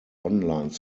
online